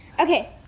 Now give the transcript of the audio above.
Okay